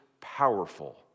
powerful